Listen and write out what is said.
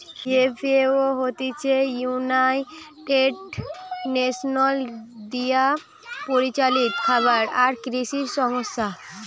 FAO হতিছে united nations দিয়া পরিচালিত খাবার আর কৃষি সংস্থা